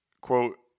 quote